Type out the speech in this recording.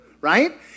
right